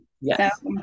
yes